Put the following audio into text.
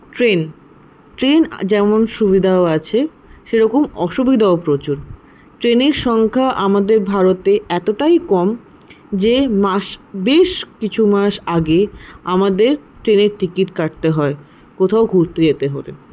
train train যেমন সুবিধাও আছে তেমন অসুবিধাও প্রচুর ট্রেনের সংখ্যা আমাদের ভারতে এতটাই কম যে মাস বেশ কিছুমাস আগে আমাদের ট্রেনের টিকিট কাটতে হয় কোথাও ঘুরতে যেতে হলে